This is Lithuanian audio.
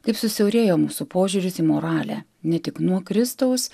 kaip susiaurėjo mūsų požiūris į moralę ne tik nuo kristaus